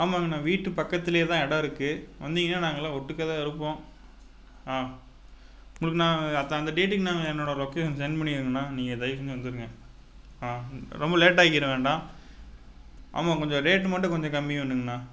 ஆமாங்கண்ணா வீட்டு பக்கத்திலேயேதான் இடம் இருக்குது வந்திங்கன்னா நாங்கெல்லாம் ஒட்டுக்காக தான் இருப்போம் ஆ உங்களுக்கு நான் அதுதான் அந்த டேட்டுக்கு நாங்கள் என்னோட லொகேஷனை செண்ட் பண்ணுறிங்கண்ணா நீங்கள் தயவு செஞ்சு வந்துடுங்க ஆ ரொம்ப லேட்டாயிக்கிற வேண்டாம் ஆமாம் கொஞ்ச ரேட் மட்டும் கொஞ்சம் கம்மி பண்ணுங்கண்ணா